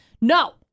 No